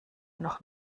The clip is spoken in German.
noch